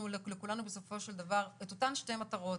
לכולנו יש בסופו של דבר את אותן שתי מטרות,